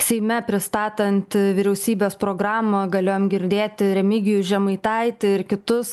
seime pristatant vyriausybės programą galėjom girdėti remigijų žemaitaitį ir kitus